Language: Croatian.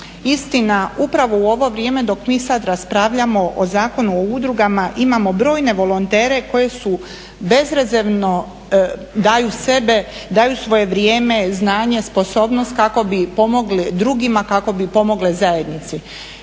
Istina upravo u ovo vrijeme dok mi sada raspravljamo o Zakonu o udrugama, imamo brojne volontere koji bezrezervno daju sebe, daju svoje vrijeme, znanje, sposobnost kako bi pomogli drugima kako bi pomogli zajednici.